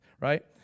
right